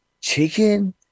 chicken